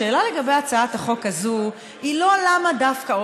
השאלה לגבי הצעת החוק הזאת היא לא למה דווקא,